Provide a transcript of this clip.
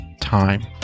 time